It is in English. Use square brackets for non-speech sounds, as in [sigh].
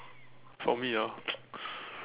for me ah [noise]